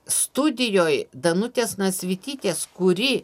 studijoj danutės nasvytytės kuri